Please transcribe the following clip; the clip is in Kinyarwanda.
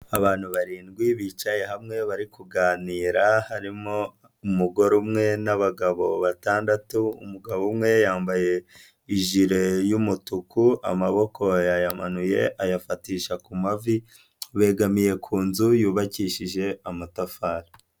Abantu barindwi bicaye hamwe, bari kuganira, harimo umugore umwe n'abagabo batandatu, umugabo umwe yambaye ijile y'umutuku, amaboko yamanuye, ayafatisha ku mavi, yegamiye ku nzu yubakishije amatafari.